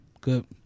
Good